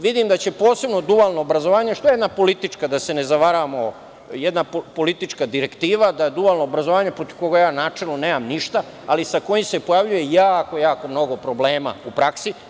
Vidim da će posebno dualno obrazovanje, što je jedna politička direktiva, da se ne zavaravamo, da dualno obrazovanje, protiv koga ja načelno nemam ništa, ali sa kojim se pojavljuje jako, jako mnogo problema u praksi.